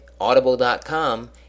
audible.com